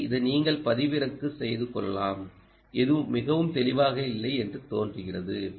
எனவே இதை நீங்கள் பதிவிறக்கம் செய்து கொள்ளலாம் இது மிகவும் தெளிவாக இல்லை என்று தோன்றுகிறது